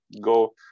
go